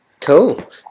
cool